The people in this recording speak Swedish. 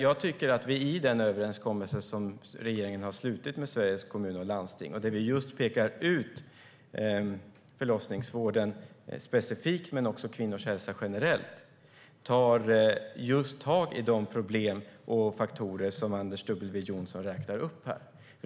Jag tycker att vi i den överenskommelse som regeringen har slutit med Sveriges Kommuner och Landsting, och där vi pekar ut just förlossningsvården specifikt men också kvinnors hälsa generellt, tar tag i de problem och faktorer Anders W Jonsson tar upp.